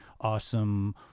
awesome